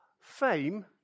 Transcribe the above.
fame